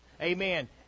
Amen